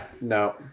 no